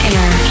Air